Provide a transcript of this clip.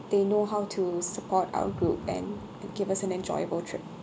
they know how to support our group and give us an enjoyable trip